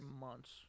months